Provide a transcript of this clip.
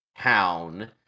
town